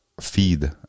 feed